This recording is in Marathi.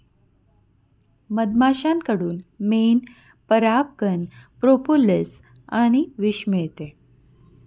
मधमाश्यांकडून मेण, परागकण, प्रोपोलिस आणि विष मिळते